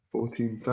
Fourteen